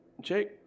Jake